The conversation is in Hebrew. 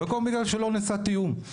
והכל בגלל שלא נעשה תיאום.